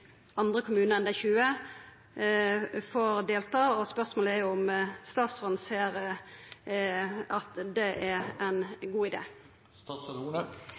andre kommunar enn dei 20 får delta. Spørsmålet er om statsråden ser at det er ein god